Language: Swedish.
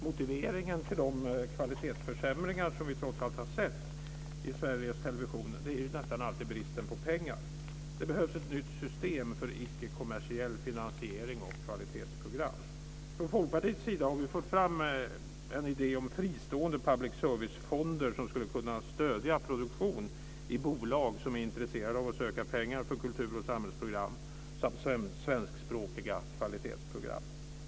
Motiveringen till de kvalitetsförsämringar vi trots allt har sett i Sveriges Television är nästan alltid bristen på pengar. Det behövs ett nytt system för icke-kommersiell finansiering av kvalitetsprogram. Från Folkpartiets sida har vi fört fram idén om fristående public service-fonder som skulle stödja produktion i bolag som är intresserade av att söka pengar för kultur och samhällsprogram samt svenskspråkiga kvalitetsprogram.